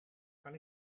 kan